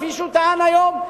כפי שהוא טען היום,